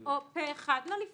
או פה אחד.